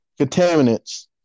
contaminants